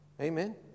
Amen